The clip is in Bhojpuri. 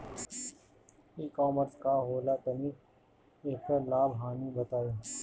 ई कॉमर्स का होला तनि एकर लाभ हानि बताई?